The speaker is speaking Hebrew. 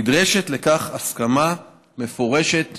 נדרשת לכך הסכמה מפורשת